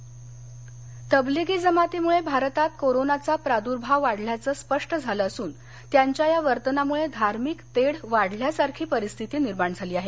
सत्यशोधक तबलिगी जमातीमुळे भारतात कोरोनाचा प्रार्द्भाव वाढल्याचं स्पष्ट झालं असून त्यांच्या या वर्तनामुळे धार्मिक तेढ वाढल्यासारखी परिस्थिती निर्माण झाली आहे